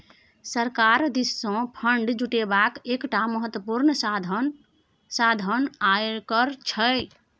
सरकार दिससँ फंड जुटेबाक एकटा महत्वपूर्ण साधन आयकर छै